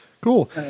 Cool